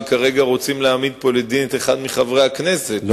וכרגע רוצים להעמיד פה לדין את אחד מחברי הכנסת,